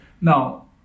now